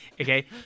Okay